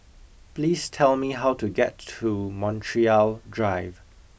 please tell me how to get to Montreal Drive